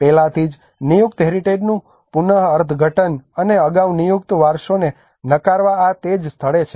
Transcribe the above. પહેલાથી નિયુક્ત હેરિટેજનું પુન અર્થઘટ ન અને અગાઉ નિયુક્ત વારસોને નકારવા આ તે જ સ્થળે છે